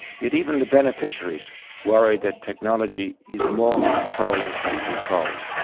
yet even the beneficiaries worry that technology is more controlling than controlled.